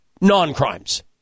non-crimes